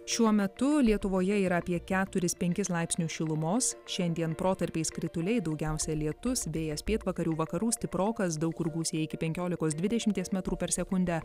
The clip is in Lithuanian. šiuo metu lietuvoje yra apie keturis penkis laipsnius šilumos šiandien protarpiais krituliai daugiausia lietus vėjas pietvakarių vakarų stiprokas daug kur gūsiai iki penkiolikos dvidešimties metrų per sekundę